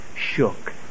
shook